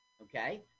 okay